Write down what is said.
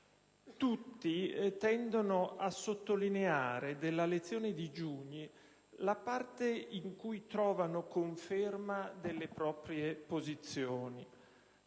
Tutti tendono a sottolineare, dell'azione di Giugni, la parte in cui trovano conferma delle proprie posizioni.